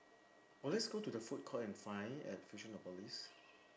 oh let's go to the foodcourt and find at fusionopolis